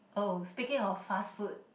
oh speaking of fast food